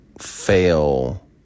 fail